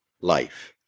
life